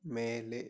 மேலே